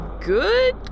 good